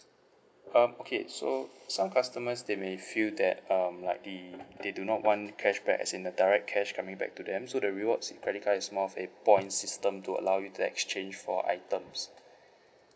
um okay so some customers they may feel that um like the they do not want cashback as in the direct cash coming back to them so the rewards credit card is more of a points system to allow you to exchange for items